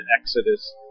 Exodus